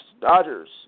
Dodgers